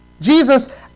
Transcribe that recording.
Jesus